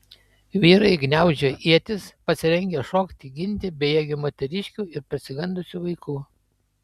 vyrai gniaužė ietis pasirengę šokti ginti bejėgių moteriškių ir persigandusių vaikų